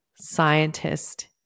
scientist